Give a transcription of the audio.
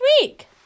week